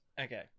Okay